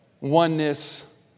oneness